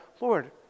Lord